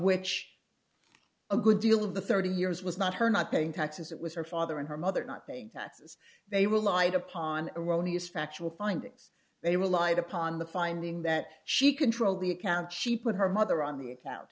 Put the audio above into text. which a good deal of the thirty years was not her not paying taxes it was her father and her mother not paying taxes they relied upon erroneous factual findings they relied upon the finding that she controlled the account she put her mother on the account